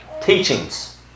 teachings